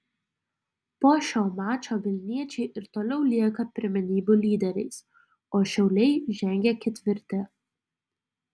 po šio mačo vilniečiai ir toliau lieka pirmenybių lyderiais o šiauliai žengia ketvirti